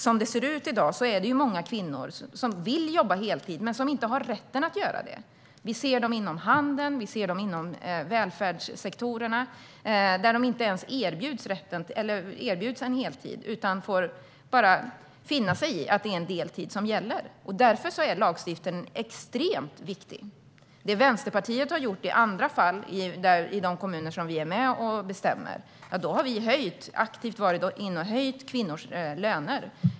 Som det ser ut i dag vill många kvinnor jobba heltid men har inte rätten att göra det. De finns inom handeln och i välfärdssektorerna. Där erbjuds de inte heltid utan får finna sig i att det är deltid som gäller. Därför är lagstiftning extremt viktig. I de kommuner där Vänsterpartiet är med och bestämmer har vi aktivt höjt kvinnors löner.